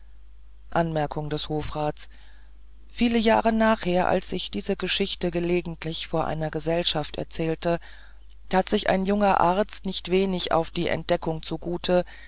viele jahre nachher als ich diese geschichte gelegentlich vor einer gesellschaft erzählte tat sich ein junger arzt nicht wenig auf die entdeckung zugut